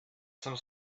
some